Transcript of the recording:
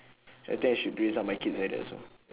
I think I should raise up my kids like that also